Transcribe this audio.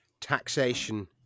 taxation